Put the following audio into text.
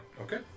Okay